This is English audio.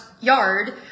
yard